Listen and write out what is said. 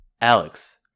Alex